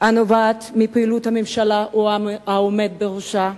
הנובעים מפעילות הממשלה או העומד בראשה.